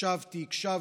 ישבתי, הקשבתי.